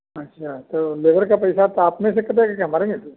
अच्छा तो लेबर का पैसा तो आपमें से कटेगा के हमारे में से